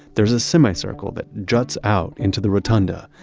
there's a semi-circle that juts out into the rotunda,